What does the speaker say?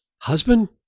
Husband